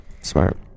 Smart